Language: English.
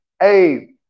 hey